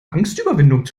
angstüberwindung